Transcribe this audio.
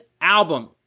album